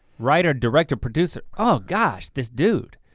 writer, director, producer. oh gosh, this dude.